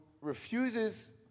refuses